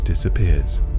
disappears